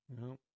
No